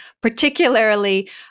Particularly